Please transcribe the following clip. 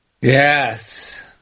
Yes